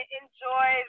enjoy